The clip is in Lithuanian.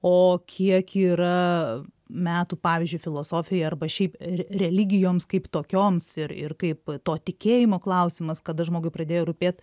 o kiek yra metų pavyzdžiui filosofijai arba šiaip religijoms kaip tokioms ir ir kaip to tikėjimo klausimas kada žmogui pradėjo rūpėt